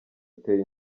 utera